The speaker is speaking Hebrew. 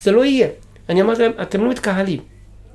זה לא יהיה, אני אומר לכם, אתם לא מתקהלים